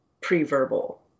pre-verbal